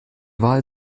wahl